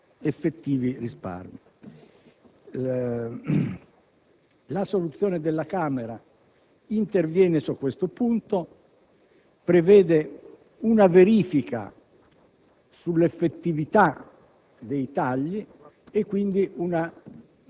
indipendentemente dal conseguimento di effettivi risparmi. La soluzione della Camera interviene su questo punto, prevedendo una verifica